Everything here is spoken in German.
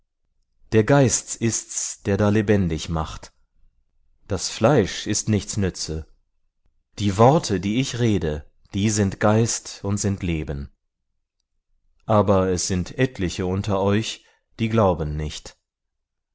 der geist ist's der da lebendig macht das fleisch ist nichts nütze die worte die ich rede die sind geist und sind leben aber es sind etliche unter euch die glauben nicht